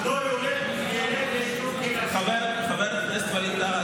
חבר הכנסת ווליד טאהא,